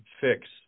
fix